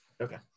okay